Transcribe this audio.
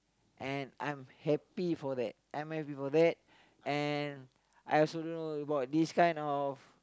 and I'm happy for that I'm happy for that and I also don't know about this kind of